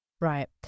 Right